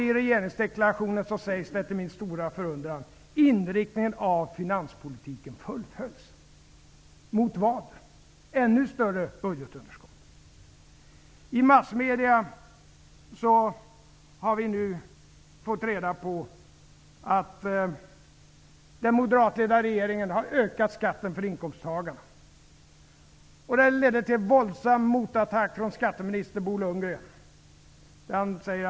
I regeringsdeklarationen står det till min stora förundran att inriktningen av finanspolitiken fullföljs. Mot vad? Mot ännu större budgetunderskott? I massmedierna har vi nu fått reda på att den moderatledda regeringen har ökat skatten för inkomsttagarna. Det ledde till en våldsam motattack från skatteminister Bo Lundgren.